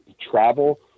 travel